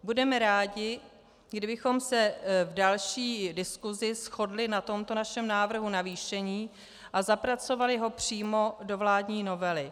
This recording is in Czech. Budeme rádi, kdybychom se v další diskusi shodli na tomto našem návrhu navýšení a zapracovali ho přímo do vládní novely.